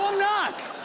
not!